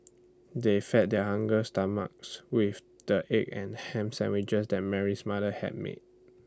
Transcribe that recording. they fed their hungry stomachs with the egg and Ham Sandwiches that Mary's mother had made